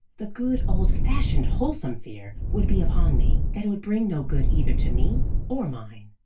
the good, old-fashioned, wholesome fear would be upon me, that it would bring no good either to me or mine.